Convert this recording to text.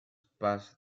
pass